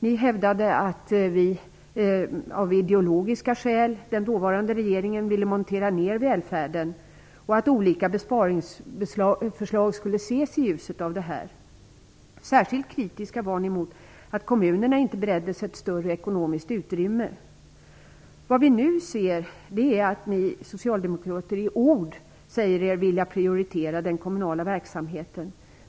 Ni hävdade att den dåvarande regeringen av ideologiska skäl ville montera ner välfärden och att olika besparingsförslag skulle ses i det ljuset. Särskilt kritiska var ni mot att kommunerna inte bereddes ett större ekonomiskt utrymme. Nu ser vi att ni socialdemokrater i ord säger er vilja prioritera den kommunala verksamheten.